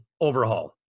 overhaul